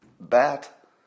bat